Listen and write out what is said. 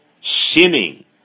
sinning